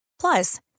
Plus